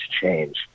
change